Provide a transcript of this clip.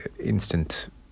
instant